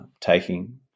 taking